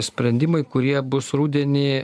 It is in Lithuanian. sprendimai kurie bus rudenį